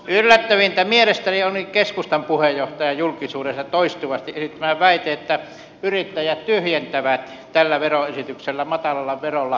yllättävintä mielestäni oli keskustan puheenjohtajan julkisuudessa toistuvasti esittämä väite että yrittäjät tyhjentävät tällä veroesityksellä matalalla verolla yrityksensä